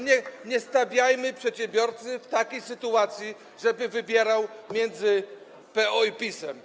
Naprawdę nie stawiajmy przedsiębiorcy w takiej sytuacji, żeby wybierał między PO i PiS-em.